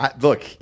Look